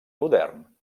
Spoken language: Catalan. modern